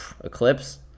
Eclipse